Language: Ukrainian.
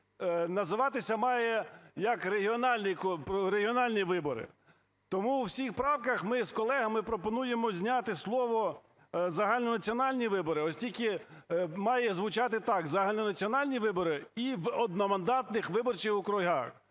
називатися має як регіональні вибори. Тому у всіх правках ми з колегами пропонуємо зняти слово "загальнонаціональні вибори". Оскільки має звучати так: "Загальнонаціональні вибори і в одномандатних виборчих округах".